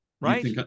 Right